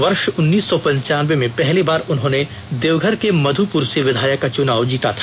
वर्ष उन्नीस सौ पंचानबे में पहली बार उन्होंने देवघर के मधुपुर से विधायक का चुनाव जीता था